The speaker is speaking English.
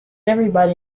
everybody